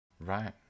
Right